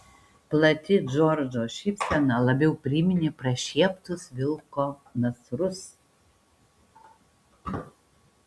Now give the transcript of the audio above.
plati džordžo šypsena labiau priminė prašieptus vilko nasrus